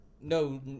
No